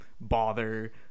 bother